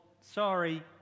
sorry